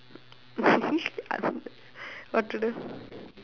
what to do